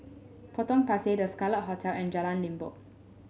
Potong Pasir The Scarlet Hotel and Jalan Limbok